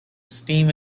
steam